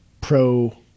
pro